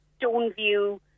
Stoneview